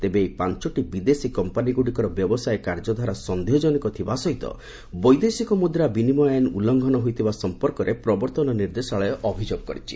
ତେବେ ଏହି ପାଞ୍ଚଟି ବିଦେଶୀ କମ୍ପାନିଗୁଡ଼ିକର ବ୍ୟବସାୟ କାର୍ଯ୍ୟଧାରା ସନ୍ଦେହଜନକ ଥିବା ସହିତ ବୈଦେଶିକ ମୁଦ୍ରା ବିନିମୟ ଆଇନ ଉଲ୍ଲୁଂଘନ ହୋଇଥିବା ସଂପର୍କରେ ପ୍ରବର୍ତ୍ତନ ନିର୍ଦ୍ଦେଶାଳୟ ଅଭିଯୋଗ କରିଛି